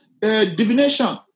divination